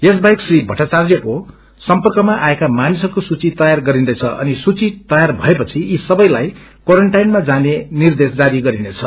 यस बाहेक श्री भट्टार्यको सर्म्पकमा आएका मानिसहस्को सूची तयार गरिन्दैछ अनि सूची तया भएपछि यी सबैलाई क्वारेन्टाईनमा जाने निर्देश जारी गरिनेछ